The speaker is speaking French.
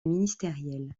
ministériels